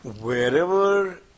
wherever